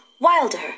Wilder